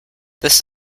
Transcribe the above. this